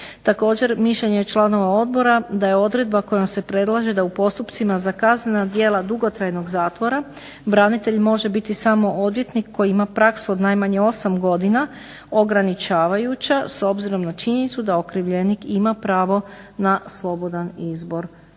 Također je mišljenje članova odbora da je odredba koja se predlaže da u postupcima za kaznena djela dugotrajnog zatvora branitelj može biti samo odvjetnik koji ima praksu od najmanje 8 godina ograničavajuća s obzirom na činjenicu da okrivljenik ima pravo na slobodan izbor